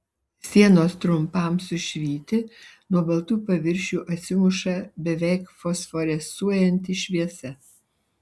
sienos trumpam sušvyti nuo baltų paviršių atsimuša beveik fosforescuojanti šviesa